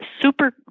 super